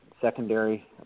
secondary